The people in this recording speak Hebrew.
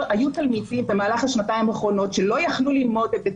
היו תלמידים בשנתיים האחרונות שלא יכלו ללמוד בבית